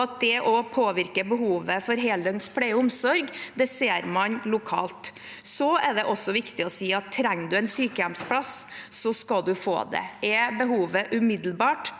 det også påvirker behovet for heldøgns pleie og omsorg, ser man lokalt. Det er også viktig å si at trenger du en sykehjemsplass, så skal du få det. Er behovet umiddelbart,